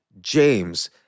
James